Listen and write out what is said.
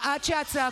תודה.